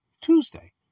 Tuesday